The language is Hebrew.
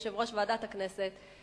יושב-ראש ועדת הכנסת,